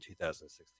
2016